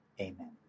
amen